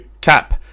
Cap